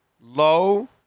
low